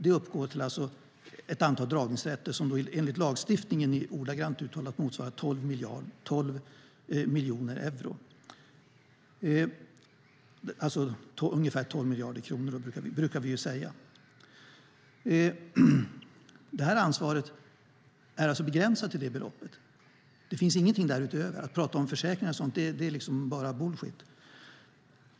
Det uppgår till ett antal dragningsrätter, som enligt lagstiftningen motsvarar 1,2 miljarder euro, alltså ungefär 12 miljarder kronor, brukar vi säga. Ansvaret är alltså begränsat till detta belopp. Det finns inget därutöver. Att prata om försäkringar är bara bullshit.